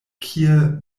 kie